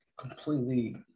completely